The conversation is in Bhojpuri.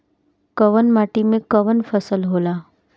कवन माटी में कवन फसल हो ला?